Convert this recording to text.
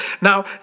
Now